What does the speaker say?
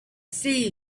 see